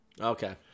Okay